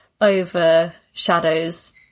overshadows